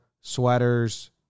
sweaters